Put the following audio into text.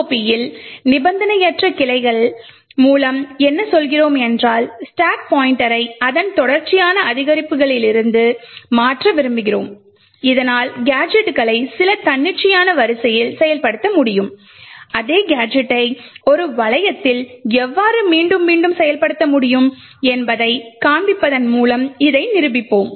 ROP இல் நிபந்தனையற்ற கிளைகள் மூலம் என்ன சொல்கிறோம் என்றால் ஸ்டாக் பாய்ண்ட்டரை அதன் தொடர்ச்சியான அதிகரிப்புகளிலிருந்து மாற்ற விரும்புகிறோம் இதனால் கேஜெட்களை சில தன்னிச்சையான வரிசையில் செயல்படுத்த முடியும் அதே கேஜெட்டை ஒரு வளையத்தில் எவ்வாறு மீண்டும் மீண்டும் செயல்படுத்த முடியும் என்பதைக் காண்பிப்பதன் மூலம் இதை நிரூபிப்போம்